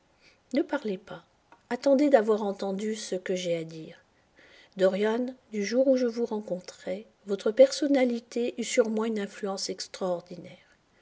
ne parlez pas attendez d'avoir entendu ce que j'ai à dire dorian du jour où je vous rencontrai votre personnalité eut sur moi une influence extraordinaire